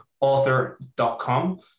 author.com